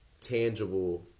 tangible